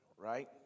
Right